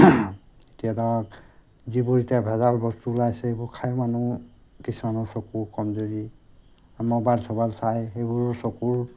এতিয়া ধৰক যিবোৰ এতিয়া ভেজাল বস্তু ওলাইছে সেইবোৰ খায়ো মানুহ কিছুমানৰ চকুৰ কমজোৰি ম'বাইল চবাইল চাই সেইবোৰ চকুৰ